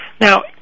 Now